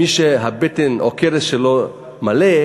מי שהבטן או הכרס שלו מלאה